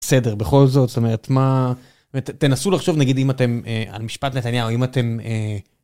בסדר. בכל זאת, זאת אומרת מה- תנסו לחשוב נגיד אם אתם.. על משפט נתניהו אם אתם...